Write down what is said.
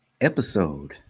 episode